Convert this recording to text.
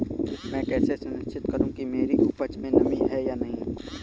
मैं कैसे सुनिश्चित करूँ कि मेरी उपज में नमी है या नहीं है?